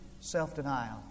self-denial